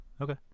Okay